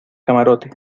camarote